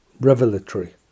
revelatory